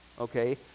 Okay